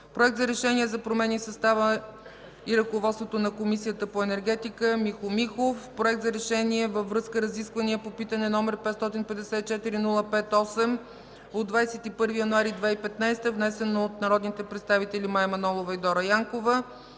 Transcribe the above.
Проект за решение за промени в състава и ръководството на Комисията по енергетика. Вносител – Михо Михов. Проект за решение във връзка с разисквания по питане № 554 05-8/21 януари 2015 г., внесено от народните представители Мая Манолова и Дора Янкова